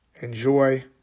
enjoy